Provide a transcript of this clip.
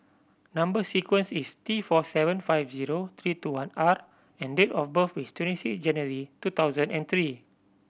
number sequence is T four seven five zero three two one R and date of birth is twenty six January two thousand and three